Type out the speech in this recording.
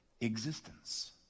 existence